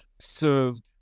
served